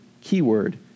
keyword